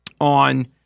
on